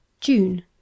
June